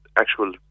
actual